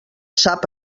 sap